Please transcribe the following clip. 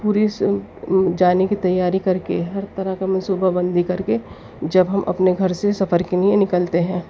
پوری جانے کی تیاری کر کے ہر طرح کا منصوبہ بندی کر کے جب ہم اپنے گھر سے سفر کے لیے نکلتے ہیں